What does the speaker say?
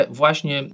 właśnie